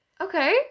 Okay